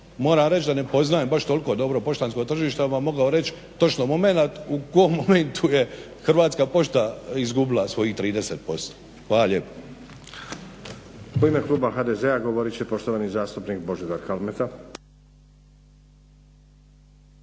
vam reći da ne poznajem baš toliko dobro poštansko tržište, ali bih vam mogao reći točno momenat u kom momentu je Hrvatska pošta izgubila svojih 30%. Hvala lijepo.